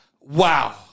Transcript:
wow